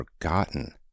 forgotten